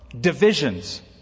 Divisions